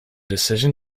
decision